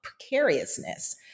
precariousness